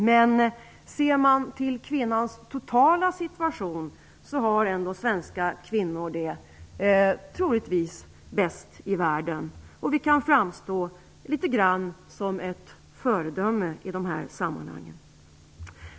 Men ser man på kvinnors totala situation har ändå svenska kvinnor det troligtvis bäst i världen. Vi kan framstå litet grand som ett föredöme i dessa sammanhang.